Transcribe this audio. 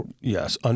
Yes